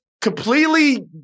completely